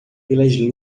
pelas